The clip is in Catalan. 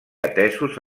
atesos